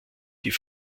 die